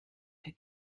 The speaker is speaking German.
der